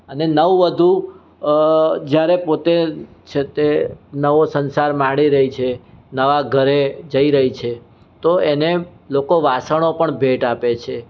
અને નવ વધુ જયારે પોતે છે તે નવો સંસાર માંડી રહી છે નવાં ઘરે જઈ રહી છે તો એને લોકો વાસણો પણ ભેટ આપે છે